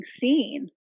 seen